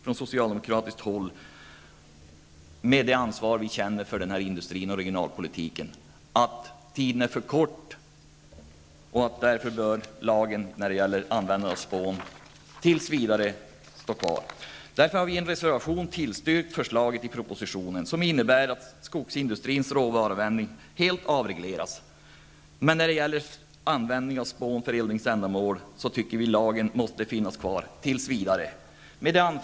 Som socialdemokrater känner vi ett stort ansvar för den här industrin och för regionalpolitiken. Vi anser därför att tiden är för kort och att lagen, när det gäller användning av spån, tills vidare skall finnas kvar. Därför har vi i en reservation tillstyrkt förslaget i propositionen, som innebär att skogsindustrins råvaruanvändning helt avregleras. När det gäller användning av spån för eldningsändamål anser vi att lagen måste finnas kvar tills vidare. Herr talman!